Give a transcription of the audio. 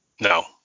no